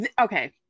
Okay